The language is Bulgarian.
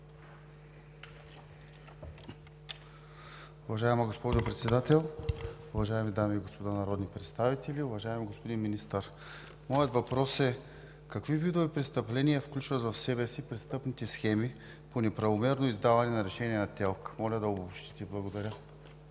Уважаема госпожо Председател, уважаеми дами и господа народни представители! Уважаеми господин Министър, моят въпрос е: какви видове престъпления включват в себе си престъпните схеми по неправомерно издаване на решения на ТЕЛК? Моля да обобщите. Благодаря.